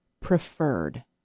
preferred